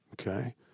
okay